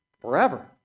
forever